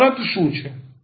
તો શરત શું છે